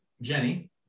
Jenny